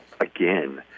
again